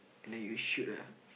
and then you shoot ah